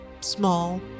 small